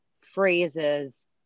phrases